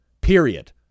Period